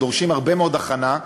ודורשים הרבה מאוד הכנה,